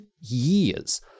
years